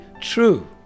true